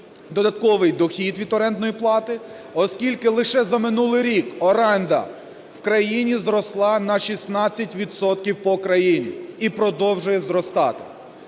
додатковий дохід від орендної плати, оскільки лише за минулий рік оренда в країна зросла на 16 відсотків по країні і продовжує зростати.